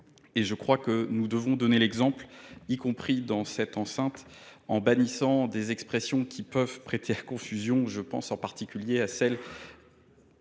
sa colère. Nous devons donner l’exemple, y compris dans cette enceinte, en bannissant des expressions qui peuvent prêter à confusion. Je pense en particulier à celle